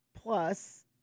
plus